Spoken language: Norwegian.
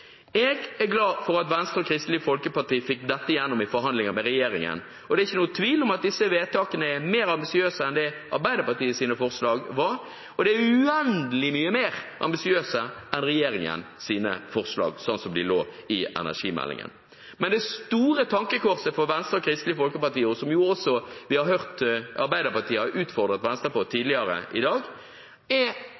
Jeg er glad for at Venstre og Kristelig Folkeparti fikk dette igjennom i forhandlinger med regjeringen. Det er ikke noen tvil om at disse vedtakene er mer ambisiøse enn det Arbeiderpartiets forslag var, og de er uendelig mye mer ambisiøse enn regjeringens forslag slik de ligger i energimeldingen. Det store tankekorset for Venstre og Kristelig Folkeparti, som vi også har hørt Arbeiderpartiet utfordre Venstre på